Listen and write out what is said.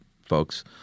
folks